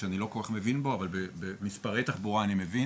שאני לא כל כך מבין בו אבל במספרי תחבורה אני מבין.